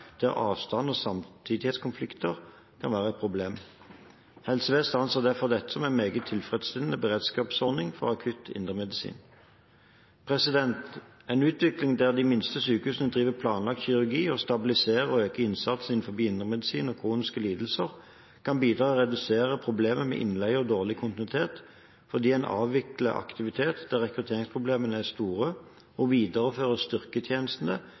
der avstand og samtidighetskonflikter kan være et problem. Helse Vest anser derfor dette som en meget tilfredsstillende beredskapsordning for akutt indremedisin. En utvikling der de minste sykehusene driver planlagt kirurgi og stabiliserer og øker innsatsen innenfor indremedisin og kroniske lidelser, kan bidra til å redusere problemet med innleie og dårlig kontinuitet, fordi en avvikler aktivitet der rekrutteringsproblemene er store, og viderefører